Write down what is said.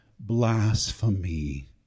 Blasphemy